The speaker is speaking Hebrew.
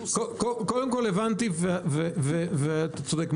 הבנתי ואתה צודק.